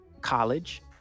College